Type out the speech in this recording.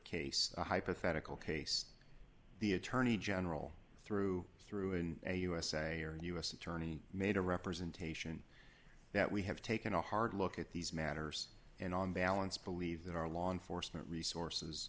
case a hypothetical case the attorney general through through in a usa or u s attorney made a representation that we have taken a hard look at these matters and on balance believe that our law enforcement resources